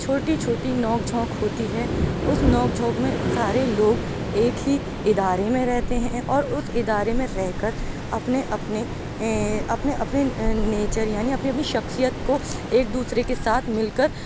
چھوٹی چھوٹی نوک جھونک ہوتی ہے اُس نوک جھونک میں سارے لوگ ایک ہی اِدارے میں رہتے ہیں اور اُس ادارے میں رہ کر اپنے اپنے اپنے اپنے نیچر یعنی اپنی اپنی شخصیت کو ایک دوسرے کے ساتھ مل کر